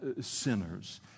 sinners